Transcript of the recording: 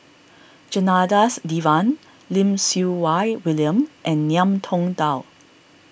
Janadas Devan Lim Siew Wai William and Ngiam Tong Dow